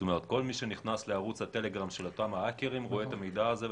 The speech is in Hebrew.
כל מי שנכנס לערוץ הטלגרם של אותם ההאקרים רואה את המידע הזה,